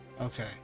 Okay